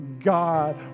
God